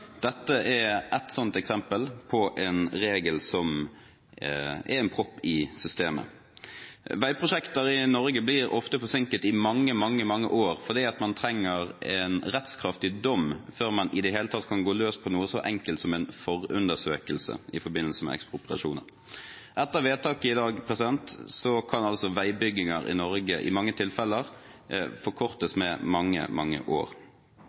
Dette er ett sånt eksempel på en regel som er en propp i systemet. Veiprosjekter i Norge blir ofte forsinket i mange, mange år fordi man trenger en rettskraftig dom før man i det hele tatt kan gå løs på noe så enkelt som en forundersøkelse i forbindelse med ekspropriasjoner. Etter vedtaket i dag kan altså veibygginger i Norge i mange tilfeller forkortes med mange, mange år.